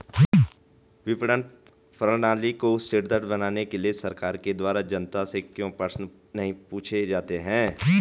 विपणन प्रणाली को सुदृढ़ बनाने के लिए सरकार के द्वारा जनता से क्यों प्रश्न नहीं पूछे जाते हैं?